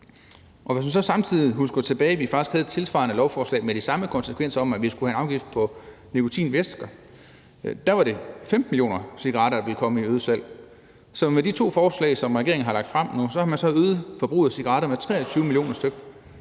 Og man kan så samtidig huske tilbage på, at vi faktisk havde et tilsvarende lovforslag med de samme konsekvenser om, at vi skulle have en afgift på nikotinvæsker; der var det 15 millioner cigaretter, der ville komme i øget salg. Så med de to forslag, som regeringen nu har lagt frem, har man øget forbruget af cigaretter med 23 millioner stk.